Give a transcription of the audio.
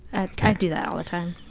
ah kind of do that all the time.